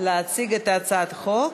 לוועדת הפנים.